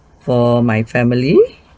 for my family